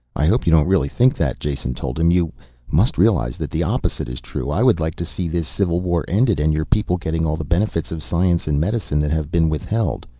i hope you don't really think that, jason told him. you must realize that the opposite is true. i would like to see this civil war ended and your people getting all the benefits of science and medicine that have been withheld.